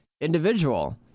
individual